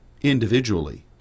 individually